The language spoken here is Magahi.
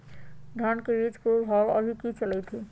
धान के बीज के भाव अभी की चलतई हई?